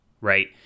right